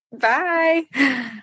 bye